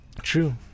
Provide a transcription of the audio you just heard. True